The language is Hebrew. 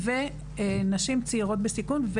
גם לנשים צעירות בסיכון,